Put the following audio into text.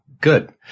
good